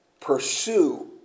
Pursue